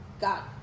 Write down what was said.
got